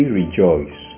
rejoice